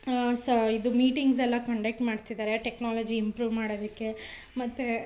ಸ ಇದು ಮೀಟಿಂಗ್ಸೆಲ್ಲ ಕಂಡಕ್ಟ್ ಮಾಡ್ತಿದ್ದಾರೆ ಟೆಕ್ನಾಲಜಿ ಇಂಪ್ರೂವ್ ಮಾಡೋದಕ್ಕೆ ಮತ್ತು